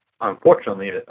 unfortunately